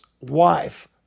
wife